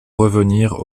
revenir